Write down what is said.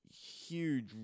huge